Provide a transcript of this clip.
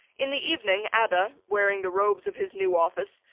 in the evening adda, wearing the robes of his new office,